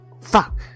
Fuck